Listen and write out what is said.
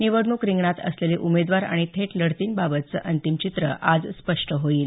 निवडणूक रिंगणात असलेले उमेदवार आणि थेट लढतींबाबतचं अंतिम चित्र आज स्पष्ट होईल